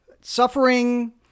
Suffering